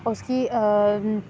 اس کی